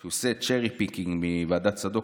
שהוא עושה cherry picking מוועדת צדוק.